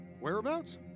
whereabouts